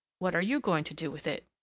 what are you going to do with it?